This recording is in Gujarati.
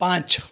પાંચ